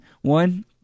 one